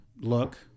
look